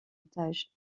otage